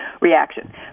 reaction